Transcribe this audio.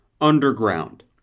underground